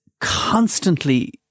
constantly